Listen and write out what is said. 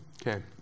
okay